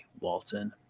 Walton